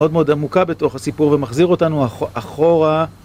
מאוד מאוד עמוקה בתוך הסיפור ומחזיר אותנו אחורה